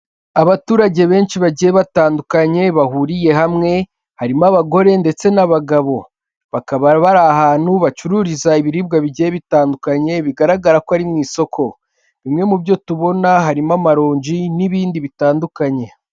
Abaturage benshi bagiye batandukanye bahuriye hamwe, harimo abagore ndetse n'abagabo, bakaba bari ahantu bacururiza ibiribwa bigiye bitandukanye bigaragara ko ari mu isoko, bimwe mu byo tubona harimo amaronji n'ibindi bitandukanye.